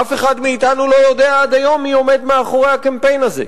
אף אחד לא יודע עד היום מי עומד מאחורי הקמפיין הזה,